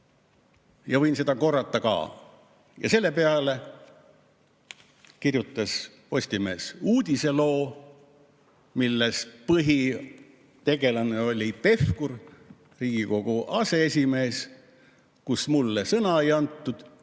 Võin seda korrata ka. Selle peale kirjutas Postimees uudisloo, mille põhitegelane oli Pevkur, Riigikogu aseesimees, ja kus mulle sõna ei antud.